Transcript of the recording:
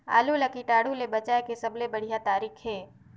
आलू ला कीटाणु ले बचाय के सबले बढ़िया तारीक हे?